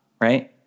right